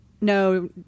no